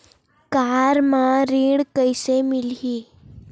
Car म ऋण कइसे मिलही?